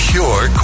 Pure